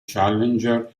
challenger